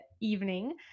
evening